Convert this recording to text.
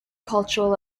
cultural